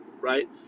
right